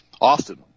Austin